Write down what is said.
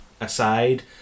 aside